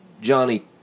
Johnny